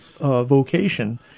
vocation